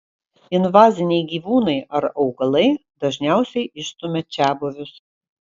invaziniai gyvūnai ar augalai dažniausiai išstumia čiabuvius